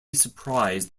surprised